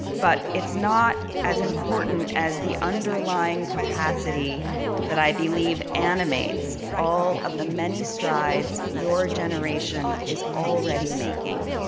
but it's not as important as the underlying capacity that i believe animates all of the many strides your generation is already making,